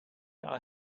are